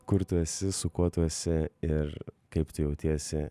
kur tu esi su kuo tu esi ir kaip tu jautiesi